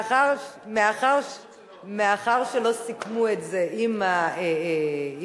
מאחר שלא סיכמו את זה עם המזכירות,